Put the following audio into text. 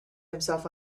himself